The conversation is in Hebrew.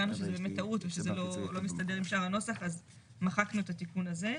הבנו שזו באמת טעות ושזה לא מסתדר עם שאר הנוסח אז מחקנו את התיקון הזה.